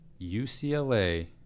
ucla